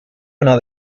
una